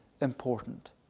important